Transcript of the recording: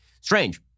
Strange